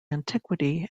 antiquity